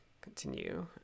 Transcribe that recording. continue